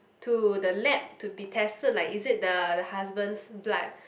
to the lab to be tested like is it the husband's blood